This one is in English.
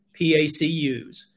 PACUs